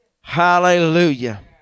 Hallelujah